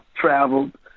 Traveled